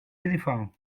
éléphants